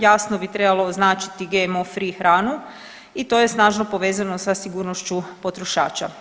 Jasno bi trebalo označiti GMO free hranu i to je snažno povezano sa sigurnošću potrošača.